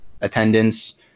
attendance